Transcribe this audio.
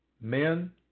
Men